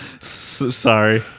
Sorry